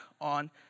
on